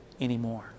anymore